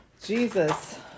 Jesus